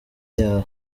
yawe